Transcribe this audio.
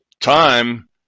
time